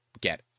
get